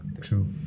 True